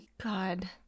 god